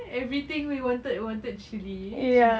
everything we wanted we wanted chili chili